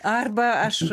arba aš